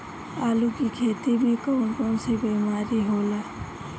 आलू की खेती में कौन कौन सी बीमारी होला?